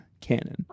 Canon